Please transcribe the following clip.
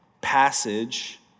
passage